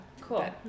cool